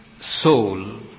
soul